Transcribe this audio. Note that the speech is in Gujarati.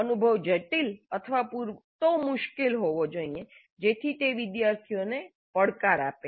અનુભવ જટિલ અથવા પૂરતો મુશ્કેલ હોવો જોઈએ જેથી તે વિદ્યાર્થીઓને પડકાર આપે